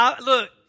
Look